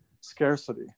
scarcity